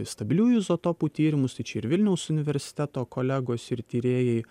stabiliųjų izotopų tyrimus tai čia ir vilniaus universiteto kolegos ir tyrėjai